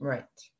Right